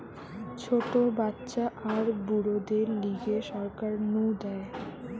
ছোট বাচ্চা আর বুড়োদের লিগে সরকার নু দেয়